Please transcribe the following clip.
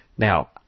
Now